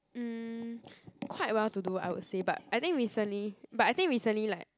mm quite well to do I would say but I think recently but I think recently like